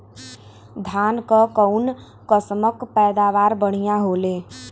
धान क कऊन कसमक पैदावार बढ़िया होले?